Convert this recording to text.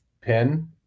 pin